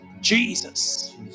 jesus